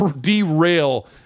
derail